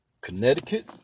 Connecticut